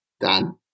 Dan